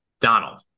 Donald